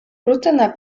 rutyna